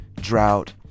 drought